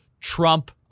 Trump